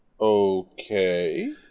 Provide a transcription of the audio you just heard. Okay